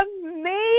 amazing